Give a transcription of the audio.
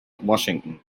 washington